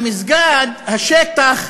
המסגד, השטח,